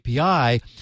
API